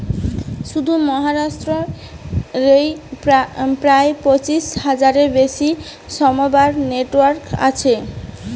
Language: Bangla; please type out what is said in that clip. শুধু মহারাষ্ট্র রেই প্রায় পঁচিশ হাজারের বেশি সমবায় নেটওয়ার্ক আছে